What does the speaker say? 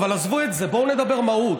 אבל עזבו את זה, בואו נדבר מהות.